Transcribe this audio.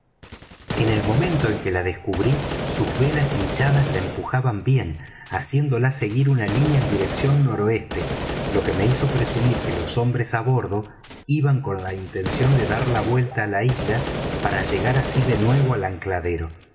en el momento en que la descubrí sus velas hinchadas la empujaban bien haciéndola seguir una línea en dirección noroeste lo que me hizo presumir que los hombres á bordo iban con la intención de dar la vuelta á la isla para llegar así de nuevo al ancladero pero